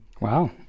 Wow